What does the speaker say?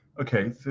okay